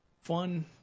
fun